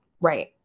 Right